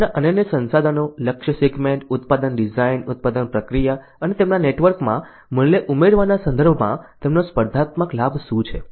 તેમના અનન્ય સંસાધનો લક્ષ્ય સેગમેન્ટ ઉત્પાદન ડિઝાઇન ઉત્પાદન પ્રક્રિયા અને તેમના નેટવર્કમાં મૂલ્ય ઉમેરવાના સંદર્ભમાં તેમનો સ્પર્ધાત્મક લાભ શું છે